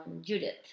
Judith